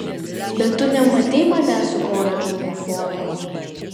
bet tu nematei manęs su koledžo uniforma